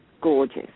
Gorgeous